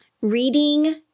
reading